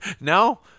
No